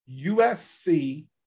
USC